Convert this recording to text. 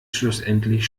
schlussendlich